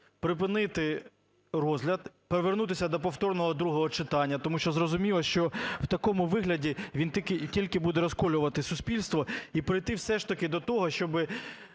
припинити розгляд, повернутися до повторного другого читання, тому що зрозуміло, що в такому вигляді він тільки буде розколювати суспільство, і прийти все ж таки до того, щоб